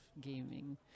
gaming